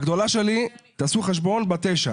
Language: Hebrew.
הגדולה שלי, תעשו חשבון, בת תשע,